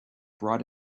brought